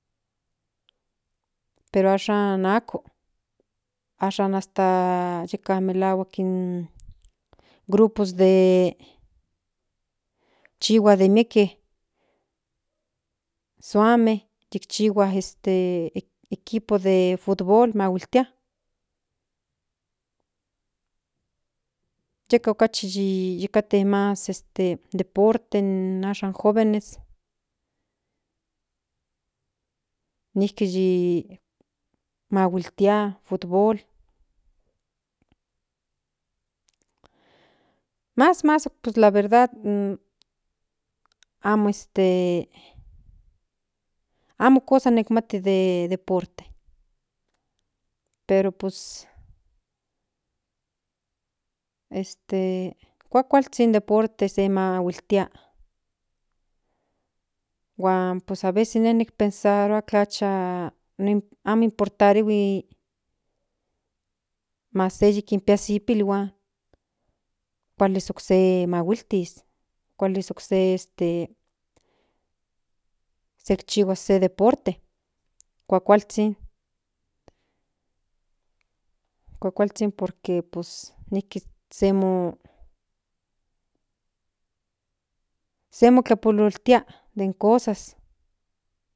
Pero ashan ako ahsn hasta yeka melahuak in grupos de chihua nen mieke suame kinchihua este equipo de futbol mahuiltia yeka okachi mas in deporte den ashan in jovenes nijki yi mahuiltia futbol mas mas pues la verdad amo este amo kosa nikmati de deportes pero pus kuakualzhin in deporte se mahuiltia huan pues aveces pensarua tlacha mas amo inportarihui ms se yi kinpia se pilhuan kuali okse mahuiltis kuali okse chihuas se deporte kuakualzhin por que pos nijki se mo tlapolotia den cosas.